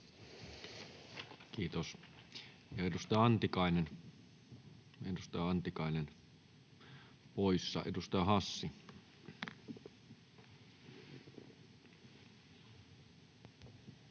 Kiitos. — Edustaja Antikainen poissa. — Edustaja Hassi. [Speech